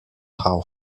how